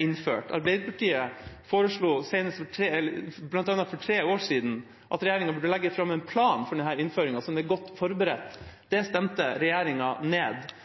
innført. Arbeiderpartiet foreslo for tre år siden bl.a. at regjeringa burde legge fram en plan for denne innføringen, slik at den var godt forberedt. Det stemte regjeringspartiene ned.